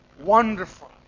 wonderful